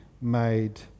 made